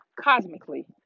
cosmically